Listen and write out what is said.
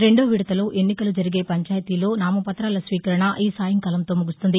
రెండో విడతలో ఎన్నికలు జరిగే పంచాయతీల్లో నామపత్రాలస్వీకరణ ఈ సాయంకాలంతో ముగుస్తుంది